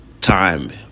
time